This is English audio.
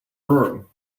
row